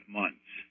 months